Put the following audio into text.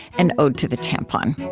and ode to the tampon.